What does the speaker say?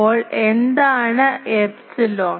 അപ്പോൾ എന്താണ് ഈ എപ്സിലോൺ